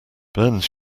burns